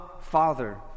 Father